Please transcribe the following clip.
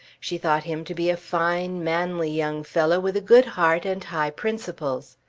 she thought him to be a fine manly young fellow with a good heart and high principles.